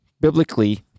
biblically